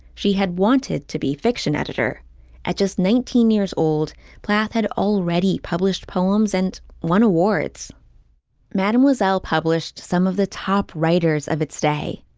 she had wanted to be fiction editor at just nineteen years old plath had already published poems and won awards mademoiselle published some of the top writers of its day.